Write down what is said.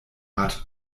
art